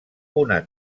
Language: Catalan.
una